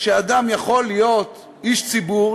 שאדם יכול להיות איש ציבור,